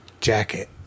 jacket